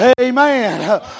amen